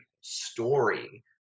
story